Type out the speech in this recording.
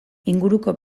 inguruko